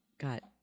got